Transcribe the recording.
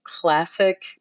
classic